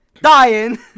dying